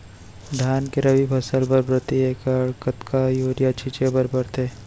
धान के रबि फसल बर प्रति एकड़ कतका यूरिया छिंचे बर पड़थे?